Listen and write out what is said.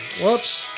Whoops